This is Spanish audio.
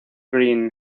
greene